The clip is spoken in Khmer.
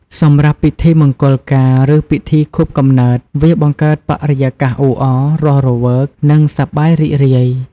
សម្រាប់ពិធីមង្គលការ ឬពិធីខួបកំណើត វាបង្កើតបរិយាកាសអ៊ូអរ រស់រវើក និងសប្បាយរីករាយ។